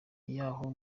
y’aho